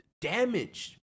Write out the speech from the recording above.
damaged